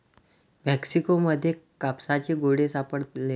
Mexico मध्ये कापसाचे गोळे सापडले